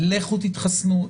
לכו תתחסנו,